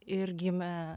ir gimė